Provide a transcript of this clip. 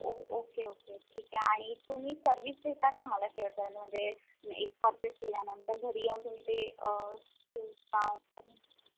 ओ okay okay ठीक आहे आणि तुम्ही सर्विस देता का मला शेअरपर्यंत म्हणजे पर्चेस केल्यानंतर घरी येऊन तुम्ही ते ते काय असतं न